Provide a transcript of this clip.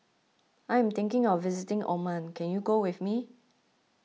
I am thinking of visiting Oman can you go with me